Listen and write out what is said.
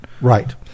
Right